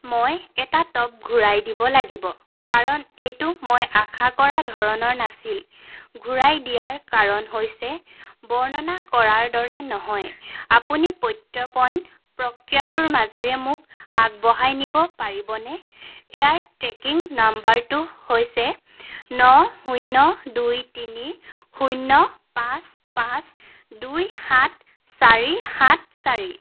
মই এটা টপ ঘূৰাই দিব লাগিব কাৰণ এইটো মই আশা কৰা ধৰণৰ নাছিল ঘূৰাই দিয়াৰ কাৰণ বৰ্ণনা কৰাৰ দৰে নহয় আপুনি প্ৰত্যৰ্পণ প্ৰক্ৰিয়াটোৰ মাজেৰে মোক আগবঢ়াই নিব পাৰিবনে ইয়াৰ ট্ৰেকিং নাম্বাৰটো হৈছে ন শূন্য দুই তিনি শূন্য পাঁচ পাঁচ দুই সাত চাৰি সাত চাৰি